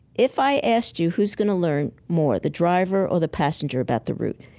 if i asked you who's going to learn more, the driver or the passenger, about the route,